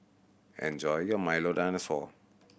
enjoy your Milo Dinosaur